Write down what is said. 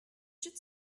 should